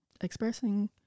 expressing